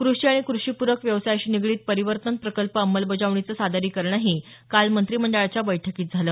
कृषी आणि क्रषीपूरक व्यवसायाशी निगडीत परिवर्तन प्रकल्प अंमलबजावणीचं सादरीकरणही काल मंत्रिमंडळाच्या बैठकीत झालं